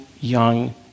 young